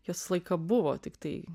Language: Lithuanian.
jos visą laiką buvo tiktai